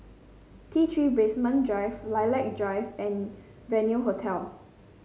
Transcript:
T Three Basement Drive Lilac Drive and Venue Hotel